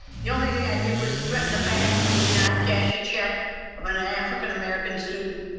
the only thing i did was threaten a bank who would not cash a check of an african american student,